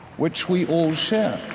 which we all share